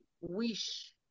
wish